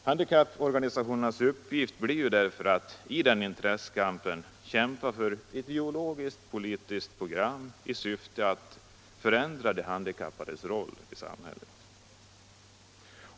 Handikapporganisationernas uppgift blir därför att i den intressekampen kämpa för ett ideologiskt-politiskt program i syfte att förändra de handikappades roll i samhället.